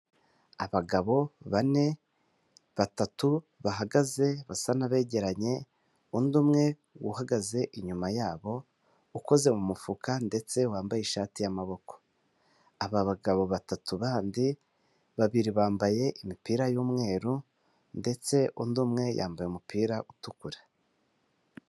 Abagabo bane batatu bahagaze basa n'abegeranye, undi umwe uhagaze inyuma yabo ukoze mu mufuka, ndetse wambaye ishati y'amaboko. Aba bagabo batatu bandi babiri bambaye imipira y'umweru, ndetse undi umwe yambaye umupira utukura.